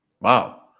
wow